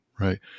right